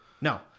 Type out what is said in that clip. No